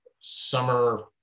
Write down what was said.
summer